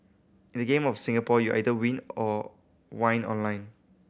in the Game of Singapore you either win or whine online